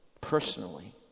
personally